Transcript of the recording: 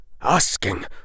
Asking